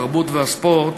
התרבות והספורט,